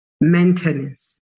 maintenance